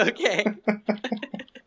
Okay